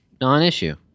Non-issue